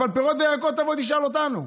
אבל פירות וירקות, תבוא, תשאל אותנו.